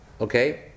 Okay